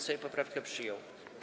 Sejm poprawkę przyjął.